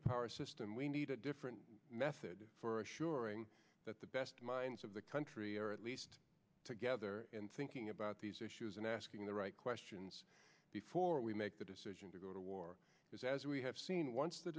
of powers system we need a different method for assuring that the best minds of the country are at least together thinking about these issues and asking the right questions before we make the decision to go to war because as we have seen once the